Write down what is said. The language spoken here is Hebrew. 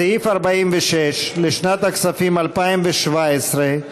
סעיף 46 לשנת הכספים 2017,